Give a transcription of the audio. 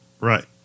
right